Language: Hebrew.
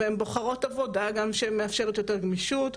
הן בוחרות עבודה גם שמאפשרת יותר גמישות.